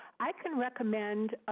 i can recommend,